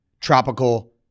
tropical